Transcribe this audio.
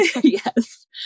yes